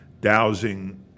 dowsing